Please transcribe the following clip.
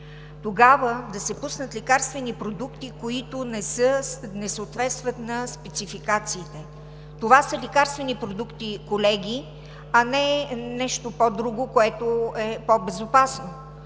тогава да се пуснат лекарствени продукти, които не съответстват на спецификациите. Това са лекарствени продукти, колеги, а не е нещо по-друго, което е по-безопасно,